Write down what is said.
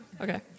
Okay